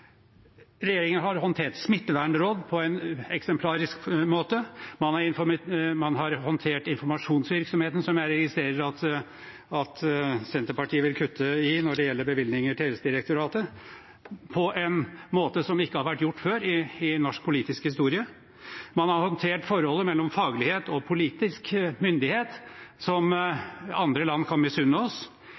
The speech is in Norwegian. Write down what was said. Regjeringen har håndtert smittevernråd på en eksemplarisk måte. Man har håndtert informasjonsvirksomheten – som jeg registrerer at Senterpartiet vil kutte i når det gjelder bevilgninger til Helsedirektoratet – på en måte som ikke har vært gjort før i norsk politisk historie. Man har håndtert forholdet mellom faglighet og politisk myndighet på en måte som andre land kan misunne oss.